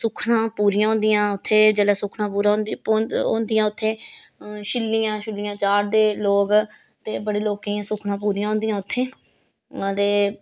सुक्खनां पूरियां होन्दिया उत्थें जेल्लै सुक्खनां पूरियां होन्दियां उत्थें छिल्लियां छुल्लियां चाढ़दे लोक ते बड़े लोकें दियां सुक्खना पूरी होन्दियां उत्थें ते